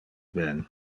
ben